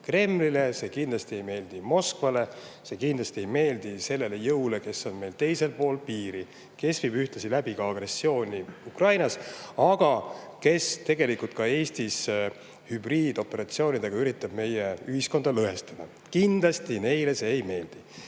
Kremlile. See kindlasti ei meeldi Moskvale, see kindlasti ei meeldi sellele jõule, kes on meil teisel pool piiri, kes viib läbi agressiooni Ukrainas, aga kes tegelikult ka Eestis üritab hübriidoperatsioonidega ühiskonda lõhestada. Kindlasti neile see ei meeldi.